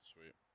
Sweet